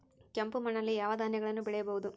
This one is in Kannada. ಕೆಂಪು ಮಣ್ಣಲ್ಲಿ ಯಾವ ಧಾನ್ಯಗಳನ್ನು ಬೆಳೆಯಬಹುದು?